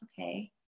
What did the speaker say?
okay